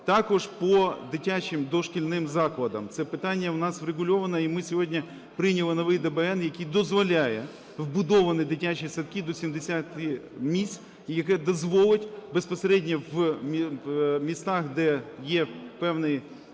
Також по дитячим дошкільним закладам, це питання в нас врегульоване, і ми сьогодні прийняли новий ДБН, який дозволяє вбудовані дитячі садки до 70 місць, який дозволить безпосередньо в містах, де є певний дефіцит